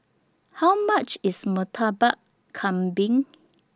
How much IS Murtabak Kambing